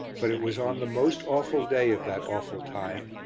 but it was on the most awful day of that awful time,